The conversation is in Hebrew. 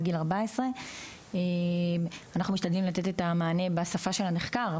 גיל 14. אנחנו משתדלים לתת את המענה בשפה של הנחקר,